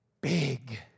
big